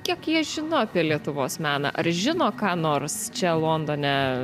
kiek jie žino apie lietuvos meną ar žino ką nors čia londone